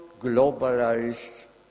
globalized